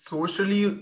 Socially